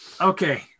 okay